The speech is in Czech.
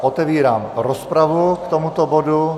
Otevírám rozpravu k tomuto bodu.